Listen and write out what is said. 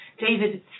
David